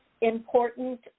important